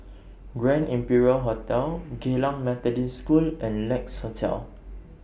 Grand Imperial Hotel Geylang Methodist School and Lex Hotel